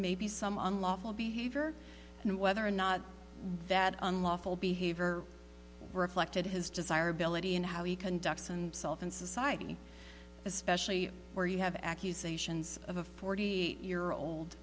maybe some on lawful behavior and whether or not that unlawful behavior reflected his desirability in how he conducts himself in society especially where you have accusations of a forty year old